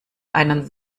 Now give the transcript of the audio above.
einen